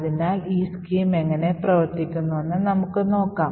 അതിനാൽ ഈ സ്കീം എങ്ങനെ പ്രവർത്തിക്കുന്നുവെന്ന് നമുക്ക് നോക്കാം